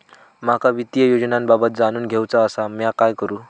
माका वित्तीय योजनांबद्दल जाणून घेवचा आसा, म्या काय करू?